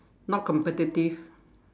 not competitive